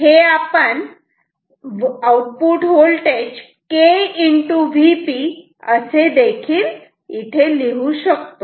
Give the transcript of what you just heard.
हे आपण KVp असेदेखील इथे लिहू शकतो